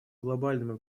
глобальными